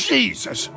Jesus